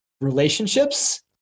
relationships